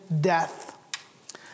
death